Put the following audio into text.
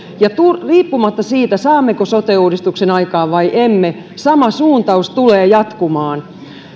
ja riippumatta siitä saammeko sote uudistuksen aikaan vai emme sama suun taus tulee jatkumaan